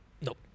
Nope